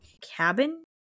cabin